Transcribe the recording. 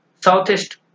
Southeast